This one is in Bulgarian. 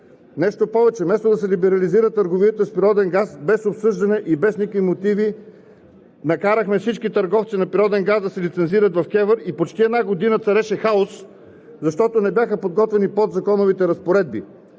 Нещо повече, вместо да се либерализира търговията с природен газ без обсъждане и без никакви мотиви, накарахме всички търговци на природен газ да се лицензират в КЕВР и почти една година цареше хаос, защото не бяха подготвени подзаконовите разпоредби.